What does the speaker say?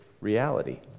reality